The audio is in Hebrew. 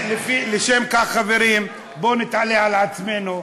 לשם כך, חברים, בוא נתעלה על עצמנו.